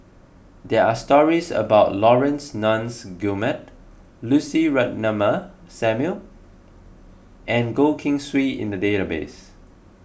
there are stories about Laurence Nunns Guillemard Lucy Ratnammah Samuel and Goh Keng Swee in the database